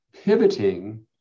pivoting